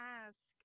ask